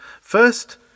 First